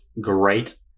great